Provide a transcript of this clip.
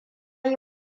yi